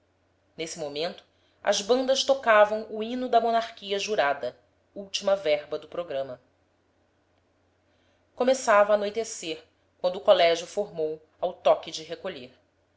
nesse momento as bandas tocavam o hino da monarquia jurada última verba do programa começava a anoitecer quando o colégio formou ao toque de recolher